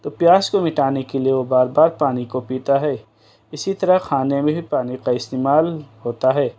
تو پیاس کو مٹانے کے لیے وہ بار بار پانی کو پیتا ہے اسی طرح کھانے میں بھی پانی کا استعمال ہوتا ہے